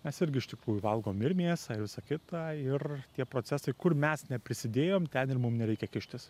mes irgi iš tikrųjų valgom ir mėsą ir visa kita ir tie procesai kur mes neprisidėjom ten ir mum nereikia kištis